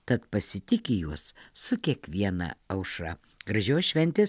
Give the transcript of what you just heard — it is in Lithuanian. tad pasitiki juos su kiekviena aušra gražios šventės